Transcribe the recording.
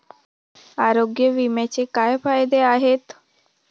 आरोग्य विम्याचे काय फायदे आहेत?